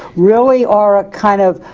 really are a kind of